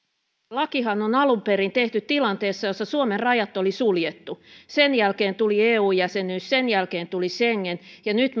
lakihan on alun perin tehty tilanteessa jossa suomen rajat oli suljettu sen jälkeen tuli eu jäsenyys sen jälkeen tuli schengen ja nyt